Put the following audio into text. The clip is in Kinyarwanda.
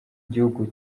igihugu